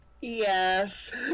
Yes